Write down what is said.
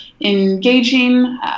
engaging